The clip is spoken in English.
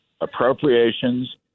appropriations